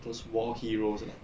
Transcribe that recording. those war heroes ah